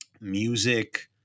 music